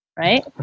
right